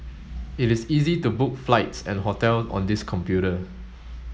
it is easy to book flights and hotels on this computer